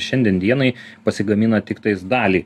šiandien dienai pasigamina tiktais dalį